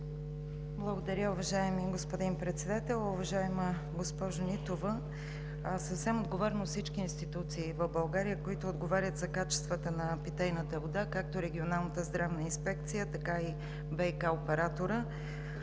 Благодаря, уважаеми господин Председател. Уважаема госпожо Нитова! Всички институции в България, които отговарят за качествата на питейната вода, както Регионалната здравна инспекция, така и ВиК операторът,